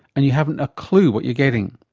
and you haven't a clue what you're getting.